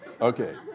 Okay